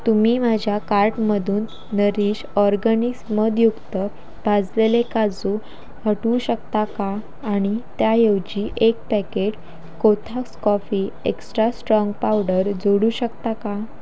तुम्ही माझ्या कार्टमधून नरीश ऑरगनिक्स मधयुक्त भाजलेले काजू हटवू शकता का आणि त्याऐवजी एक packet Kothas coffee extra strong powder जोडू शकता का